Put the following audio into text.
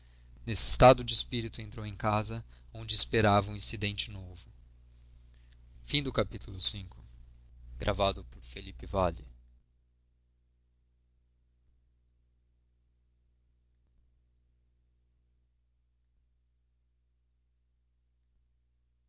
nesse estado de espírito entrou em casa onde o esperava um incidente novo capítulo vi